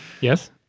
Yes